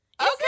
Okay